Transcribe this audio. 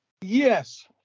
Yes